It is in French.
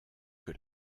que